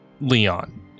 Leon